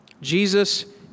Jesus